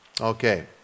okay